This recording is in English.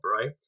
right